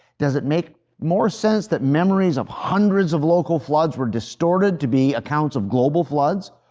does it make more sense that memories of hundreds of local floods were distorted to be accounts of global floods?